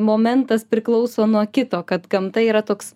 momentas priklauso nuo kito kad gamta yra toks